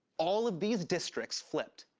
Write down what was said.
all of these districts flipped.